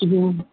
हा